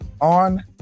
on